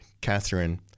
Catherine